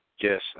Yes